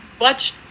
watch